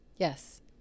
Yes